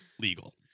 legal